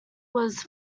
was